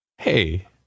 Hey